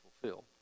fulfilled